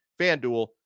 FanDuel